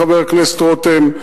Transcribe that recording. חבר הכנסת רותם,